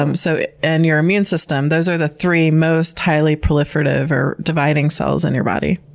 um so and your immune system. those are the three most highly proliferative or dividing cells in your body.